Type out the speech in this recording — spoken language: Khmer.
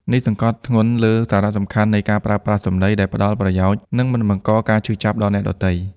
នេះសង្កត់ធ្ងន់លើសារៈសំខាន់នៃការប្រើប្រាស់សម្ដីដែលផ្ដល់ប្រយោជន៍ និងមិនបង្កការឈឺចាប់ដល់អ្នកដទៃ។